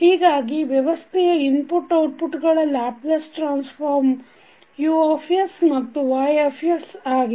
ಹೀಗಾಗಿ ವ್ಯವಸ್ಥೆಯ input output ಗಳ ಲ್ಯಾಪ್ಲೇಸ್ ಟ್ರಾನ್ಸಫಾರ್ಮ U ಮತ್ತು Y ಆಗಿವೆ